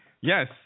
Yes